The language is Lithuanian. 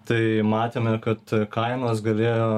tai matėme kad kainos galėjo